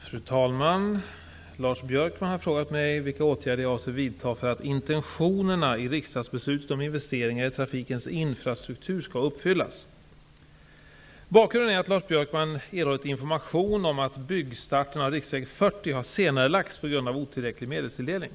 Fru talman! Lars Björkman har frågat mig vilka åtgärder jag avser vidta för att intentionerna i riksdagsbeslutet om investeringar i trafikens infrastruktur skall uppfyllas. Bakgrunden är att Lars Björkman erhållit information om att byggstarten av riksväg 40 har senarelagts på grund av otillräcklig medelstilldelning.